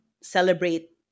celebrate